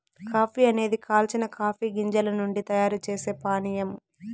coffee అనేది కాల్చిన coffee గింజల నుండి తయారు చేసే పానీయం